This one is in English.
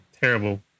terrible